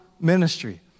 ministry